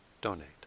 donate